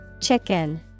Chicken